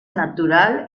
natural